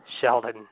Sheldon